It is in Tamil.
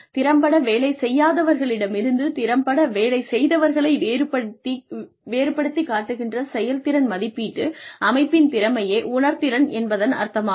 திறம்பட வேலை செய்யாதவர்களிடமிருந்து திறம்பட வேலை செய்தவர்களை வேறுபட்டுத்திக் காட்டுகின்ற செயல்திறன் மதிப்பீட்டு அமைப்பின் திறமையே உணர்திறன் என்பதன் அர்த்தமாகும்